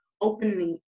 opening